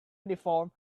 uniform